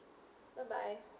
bye bye